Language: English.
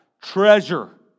treasure